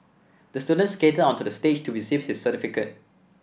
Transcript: the student skated onto the stage to receive his certificate